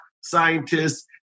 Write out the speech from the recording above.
scientists